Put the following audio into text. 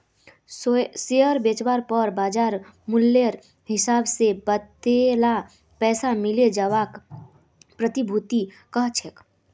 share बेचवार पर बाज़ार मूल्येर हिसाब से वतेला पैसा मिले जवाक प्रतिभूति कह छेक